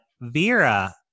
Vera